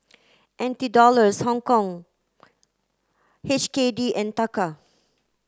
N T Dollars Hongkong H K D and Taka